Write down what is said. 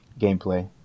gameplay